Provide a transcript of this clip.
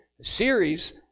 series